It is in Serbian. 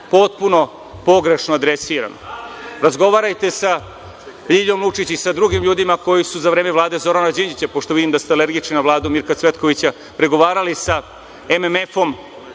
potpuno pogrešno adresirano. Razgovarajte sa Ljiljom Lučić i sa drugim ljudima koji su za vreme Vlade Zorana Đinđića, pošto vidim da ste alergični na Vladu Mirka Cvetkovića, pregovarali sa MMF-om,